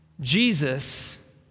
Jesus